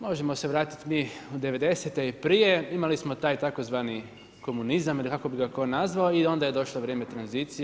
Možemo se vratit mi u devedesete i prije, imali smo taj tzv. komunizam ili kako bi ga tko nazvao i onda je došlo vrijeme tranzicije.